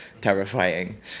terrifying